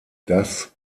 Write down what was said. das